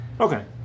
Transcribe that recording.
Okay